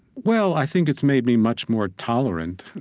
well, i think it's made me much more tolerant,